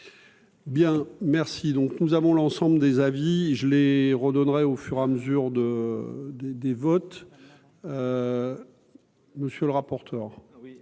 Bien, merci, donc nous avons l'ensemble des avis je les redonnerai au fur et à mesure de des des votes, monsieur le rapporteur.